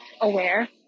aware